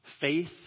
Faith